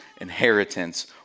inheritance